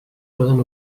poden